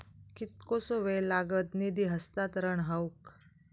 कितकोसो वेळ लागत निधी हस्तांतरण हौक?